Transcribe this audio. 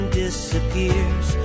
disappears